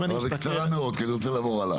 אבל בקצרה מאוד כי אני רוצה לעבור הלאה.